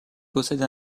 possède